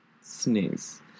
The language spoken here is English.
sneeze